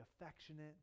affectionate